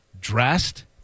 dressed